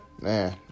man